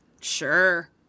sure